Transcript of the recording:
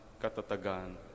katatagan